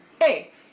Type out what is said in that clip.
Hey